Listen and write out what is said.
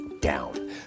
down